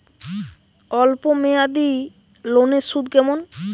অল্প মেয়াদি লোনের সুদ কেমন?